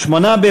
8